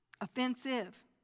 offensive